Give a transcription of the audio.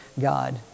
God